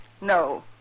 No